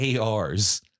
ARs